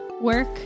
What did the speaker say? work